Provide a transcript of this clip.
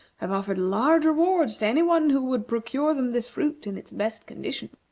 have offered large rewards to any one who would procure them this fruit in its best condition.